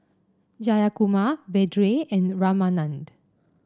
Jayakumar Vedre and Ramanand